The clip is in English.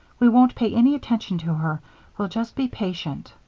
we won't pay any attention to her we'll just be patient.